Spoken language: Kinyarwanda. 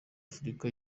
afurika